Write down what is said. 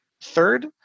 Third